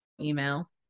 Email